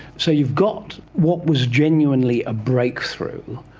so you've got what was genuinely a breakthrough.